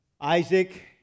Isaac